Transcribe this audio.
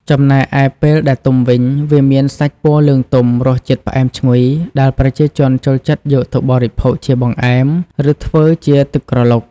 ចំណែកឯពេលដែលទុំវិញ វាមានសាច់ពណ៌លឿងទុំ រសជាតិផ្អែមឈ្ងុយ ដែលប្រជាជនចូលចិត្តយកទៅបរិភោគជាបង្អែម ឬធ្វើជាទឹកក្រឡុក។